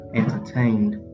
entertained